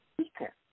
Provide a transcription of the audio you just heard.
speaker